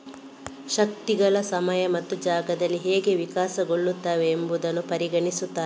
ಶಕ್ತಿಗಳು ಸಮಯ ಮತ್ತು ಜಾಗದಲ್ಲಿ ಹೇಗೆ ವಿಕಸನಗೊಳ್ಳುತ್ತವೆ ಎಂಬುದನ್ನು ಪರಿಗಣಿಸುತ್ತಾರೆ